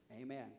amen